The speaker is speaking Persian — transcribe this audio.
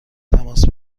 تماس